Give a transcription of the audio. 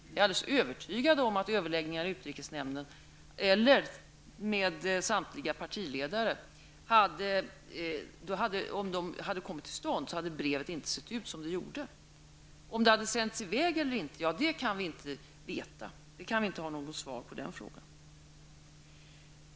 Jag är alldeles övertygad om att brevet inte hade sett ut som det gjorde om överläggningar i utrikesnämnden eller med samtliga partiledare hade kommit till stånd. Om brevet då hade sänts i väg eller inte kan vi inte veta. Den frågan kan vi inte ge något svar på.